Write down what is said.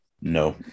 no